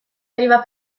arriva